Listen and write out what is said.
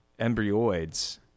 Embryoids